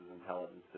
Intelligence